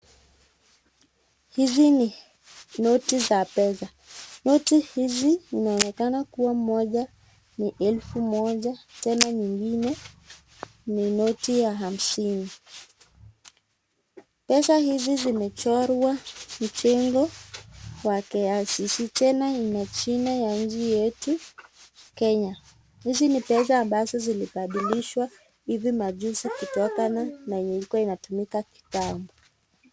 Hizi ni noti za pesa, noti hizi inaonekana kuwa moja ni elfu moja tena nyingine ni noti ya hamsini, pesa hizi zimechorwa mchengo ya KICC na tena inana jina ya nchi yetu kenya , hizi ni pesa ambazo zilipandilishwa hivi majuzi kutokana na yenye ilikuwa inatumika kitambo.